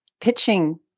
pitching